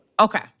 Okay